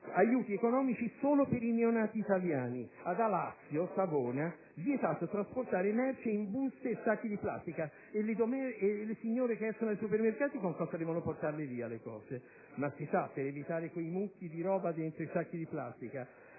aiuti economici solo per i neonati italiani. Ad Alassio (Savona): vietato trasportare merci in buste e sacchi di plastica. E le signore che escono dai supermercati con cosa devono portare via le merci? Ma, si sa, serve per evitare quei mucchi di roba dentro i sacchi di plastica.